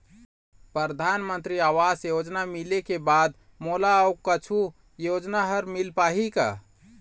परधानमंतरी आवास योजना मिले के बाद मोला अऊ कुछू योजना हर मिल पाही का?